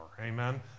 Amen